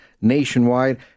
nationwide